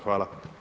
Hvala.